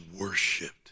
worshipped